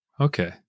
Okay